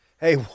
Hey